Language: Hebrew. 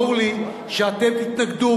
ברור לי שאתם תתנגדו,